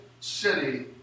city